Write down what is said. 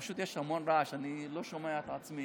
פשוט יש המון רעש, אני לא שומע את עצמי.